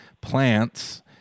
plants